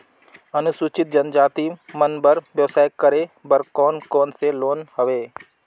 अनुसूचित जनजाति मन बर व्यवसाय करे बर कौन कौन से लोन हवे?